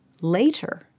later